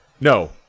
No